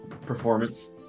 performance